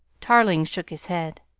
tarling shook his head.